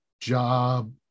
job